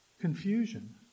confusion